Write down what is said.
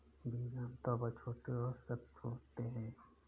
बीज आमतौर पर छोटे और सख्त होते हैं